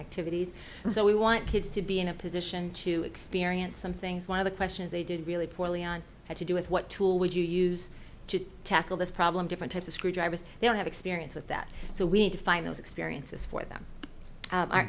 activities so we want kids to be in a position to experience some things one of the questions they did really poorly on had to do with what tool would you use to tackle this problem different types of screwdrivers they don't have experience with that so we need to find those experiences for them